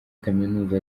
kaminuza